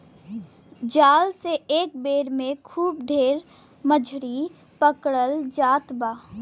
जाल से एक बेर में खूब ढेर मछरी पकड़ल जात बा